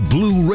Blue